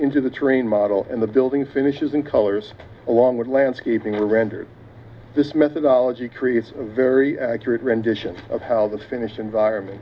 into the terrain model and the building finishes in colors along with landscaping rendered this methodology creates a very accurate rendition of how the finished environment